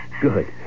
Good